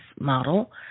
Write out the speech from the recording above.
model